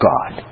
God